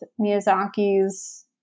Miyazaki's